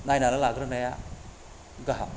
नायना लाग्रोनाया गाहाम